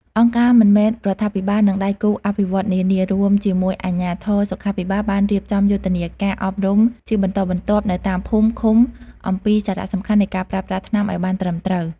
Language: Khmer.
អង្គការមិនមែនរដ្ឋាភិបាល និងដៃគូអភិវឌ្ឍន៍នានា រួមជាមួយអាជ្ញាធរសុខាភិបាល បានរៀបចំយុទ្ធនាការអប់រំជាបន្តបន្ទាប់នៅតាមភូមិ ឃុំ អំពីសារៈសំខាន់នៃការប្រើប្រាស់ថ្នាំឱ្យបានត្រឹមត្រូវ ។